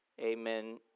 amen